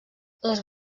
les